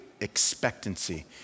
expectancy